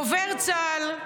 דובר צה"ל,